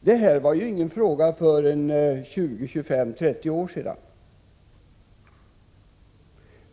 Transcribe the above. Detta var ju ingen fråga för 20—30 år sedan.